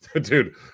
Dude